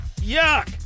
Yuck